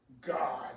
God